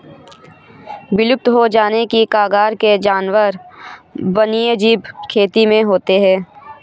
विलुप्त हो जाने की कगार के जानवर वन्यजीव खेती में होते हैं